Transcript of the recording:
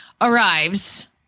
arrives